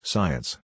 Science